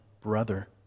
brother